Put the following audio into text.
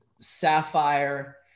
sapphire